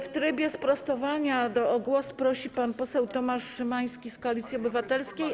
W trybie sprostowania o głos prosi pan poseł Tomasz Szymański z Koalicji Obywatelskiej.